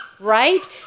Right